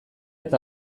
eta